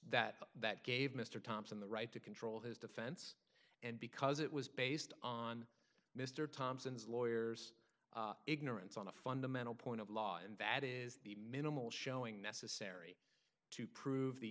that that gave mr thompson the right to control his defense and because it was based on mr thompson's lawyers ignorance on the fundamental point of law and that is the minimal showing necessary to prove the